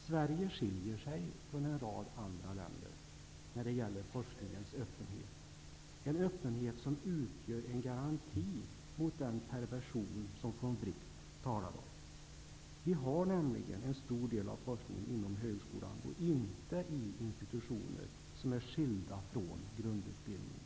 Sverige skiljer sig från en rad andra länder när det gäller forskningens öppenhet, en öppenhet som utgör en garanti mot den perversion som von Wright talar om. Vi har nämligen en stor del av forskningen inom högskolan och inte i institutioner som är skilda från grundutbildningen.